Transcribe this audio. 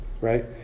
Right